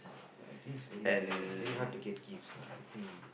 I think speed of them very hard to get gifts lah I think